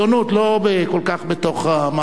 לא כל כך בתוך המערכת.